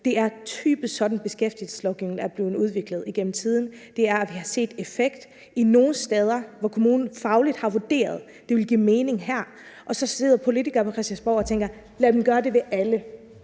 at den måde, som beskæftigelseslovgivningen typisk er blevet udviklet igennem tiden på, gør, at vi har set en effekt nogle steder, hvor kommunen fagligt har vurderet at det vil give mening. Så sidder politikerne på Christiansborg og tænker: Lad dem gøre det alle